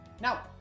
Now